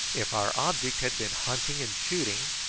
if our object had been hunting and shooting,